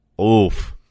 Oof